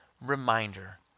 reminder